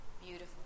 beautiful